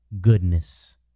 goodness